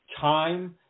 time